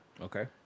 Okay